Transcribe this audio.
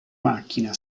macchina